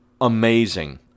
amazing